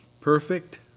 perfect